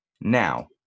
Now